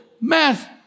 math